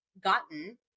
gotten